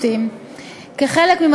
ונותן